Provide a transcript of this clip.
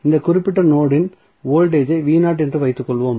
இந்த குறிப்பிட்ட நோடு இன் வோல்டேஜ் என்று வைத்துக் கொள்வோம்